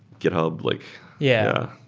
github. like yeah.